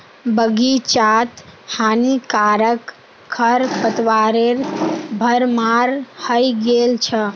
बग़ीचात हानिकारक खरपतवारेर भरमार हइ गेल छ